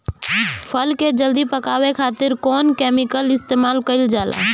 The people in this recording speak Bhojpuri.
फल के जल्दी पकावे खातिर कौन केमिकल इस्तेमाल कईल जाला?